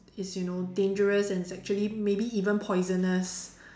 it's you know dangerous and it's actually maybe even poisonous